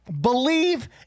Believe